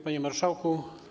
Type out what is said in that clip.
Panie Marszałku!